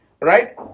right